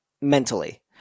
mentally